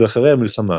ואחרי המלחמה,